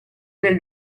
del